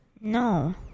No